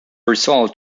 result